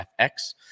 FX